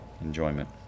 enjoyment